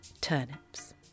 Turnips